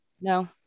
No